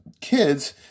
kids